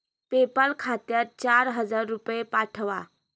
PayPal खात्यात चार हजार रुपये पाठवा